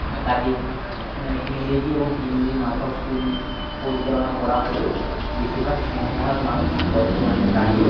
একাধিক ইংরেজি এবং হিন্দি মাধ্যম স্কুল পরিচালনা করা হলেও বেশিরভাগ সিংহভাগ মানুষই বর্তমানে দাঁড়িয়েও